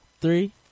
three